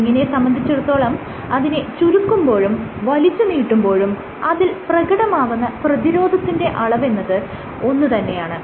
സ്പ്രിങ്ങിനെ സംബന്ധിച്ചിടത്തോളം അതിനെ ചുരുക്കുമ്പോഴും വലിച്ചുനീട്ടുമ്പോഴും അതിൽ പ്രകടമാകുന്ന പ്രതിരോധത്തിന്റെ അളവെന്നത് ഒന്ന് തന്നെയാണ്